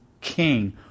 king